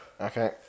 Okay